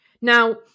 Now